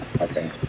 Okay